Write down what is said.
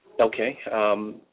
Okay